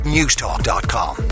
Newstalk.com